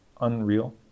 unreal